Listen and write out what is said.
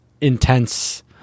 intense